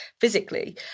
physically